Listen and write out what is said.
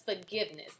forgiveness